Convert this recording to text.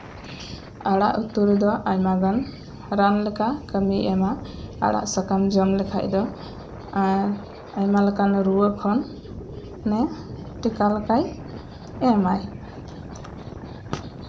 ᱟᱲᱟᱜ ᱩᱛᱩ ᱨᱮᱫᱚ ᱟᱭᱢᱟ ᱜᱟᱱ ᱨᱟᱱ ᱞᱮᱠᱟ ᱠᱟᱹᱢᱤᱭ ᱮᱢᱟ ᱟᱲᱟᱜ ᱥᱟᱠᱟᱢ ᱡᱚᱢ ᱞᱮᱠᱷᱟᱱ ᱫᱚ ᱟᱨ ᱟᱭᱢᱟ ᱞᱮᱠᱟᱱ ᱨᱩᱣᱟᱹ ᱠᱷᱚᱱ ᱢᱟᱱᱮ ᱴᱤᱠᱟ ᱞᱮᱭᱟᱭ ᱮᱢ ᱟᱭ